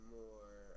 more